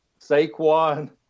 Saquon